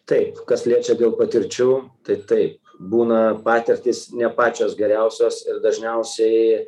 taip kas liečia dėl patirčių tai taip būna patirtys ne pačios geriausios ir dažniausiai